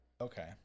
Okay